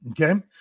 Okay